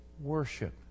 worship